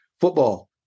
football